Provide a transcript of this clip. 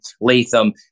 Latham